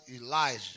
Elijah